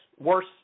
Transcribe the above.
worse